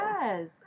Yes